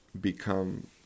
become